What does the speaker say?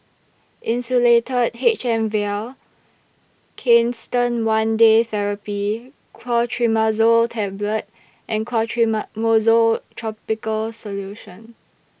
Insulatard H M Vial Canesten one Day Therapy Clotrimazole Tablet and Topical Solution